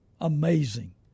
Amazing